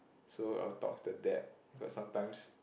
so I'll talk the dad because sometimes